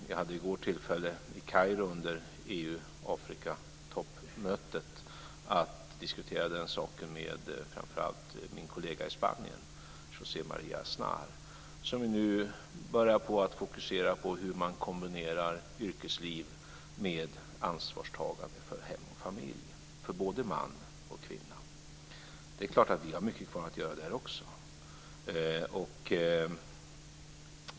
Jag hade i går tillfälle att i Kairo under EU-Afrika-toppmötet diskutera den saken med framför allt min kollega i Spanien, José Maria Aznar, som nu börjar fokusera på hur man kombinerar yrkesliv med ansvarstagande för hem och familj för både man och kvinna. Det är klart att vi också har mycket kvar att göra där.